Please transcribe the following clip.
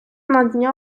надання